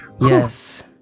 Yes